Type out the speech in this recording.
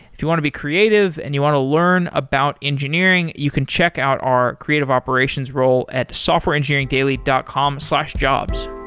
if you want to be creative and you want to learn about engineering, you can check out our creative operations role at softwareengineeringdaily dot com jobs